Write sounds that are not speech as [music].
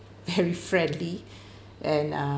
very [laughs] friendly and uh